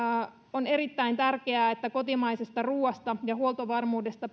on erittäin tärkeää että kotimaisesta ruoasta ja huoltovarmuudesta